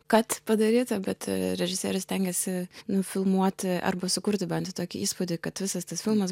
kad padaryta bet režisierius stengiasi nufilmuoti arba sukurti bent jau tokį įspūdį kad visas tas filmas